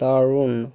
দারুণ